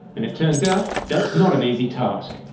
and it turns out that's not an easy task.